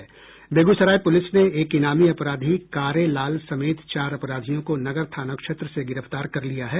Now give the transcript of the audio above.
Begusarai police ने एक इनामी अपराधी कारे लाल समेत चार अपराधियों को नगर थाना क्षेत्र से गिरफ्तार कर लिया है